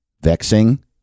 vexing